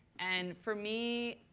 and for me,